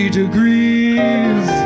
degrees